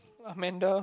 Amanda